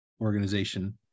organization